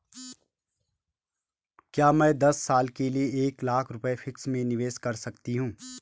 क्या मैं दस साल के लिए एक लाख रुपये फिक्स में निवेश कर सकती हूँ?